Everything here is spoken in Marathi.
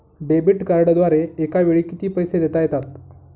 डेबिट कार्डद्वारे एकावेळी किती पैसे देता येतात?